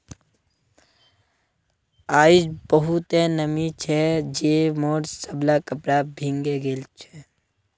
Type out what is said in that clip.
आइज बहुते नमी छै जे मोर सबला कपड़ा भींगे गेल छ